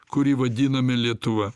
kurį vadiname lietuva